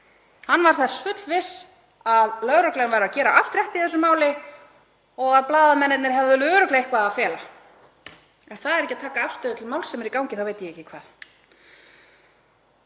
Hann var þess fullviss að lögreglan væri að gera allt rétt í þessu máli og að blaðamennirnir hefðu örugglega eitthvað að fela. Ef það er ekki að taka afstöðu til máls sem er í gangi þá veit ég ekki hvað.